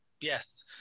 Yes